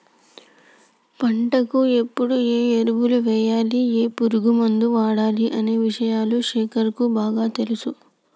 పంటకు ఎప్పుడు ఏ ఎరువులు వేయాలి ఏ పురుగు మందు వాడాలి అనే విషయాలు శేఖర్ కు బాగా తెలుసు